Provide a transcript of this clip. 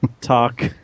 talk